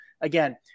Again